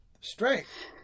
strength